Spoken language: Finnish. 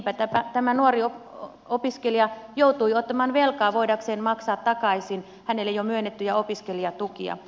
niinpä tämä nuori opiskelija joutui ottamaan velkaa voidakseen maksaa takaisin hänelle jo myönnettyjä opiskelijatukia